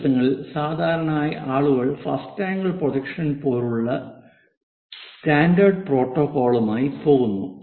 ഈ ദിവസങ്ങളിൽ സാധാരണയായി ആളുകൾ ഫസ്റ്റ് ആംഗിൾ പ്രൊജക്ഷൻ പോലുള്ള സ്റ്റാൻഡേർഡ് പ്രോട്ടോക്കോളുമായി പോകുന്നു